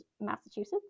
Massachusetts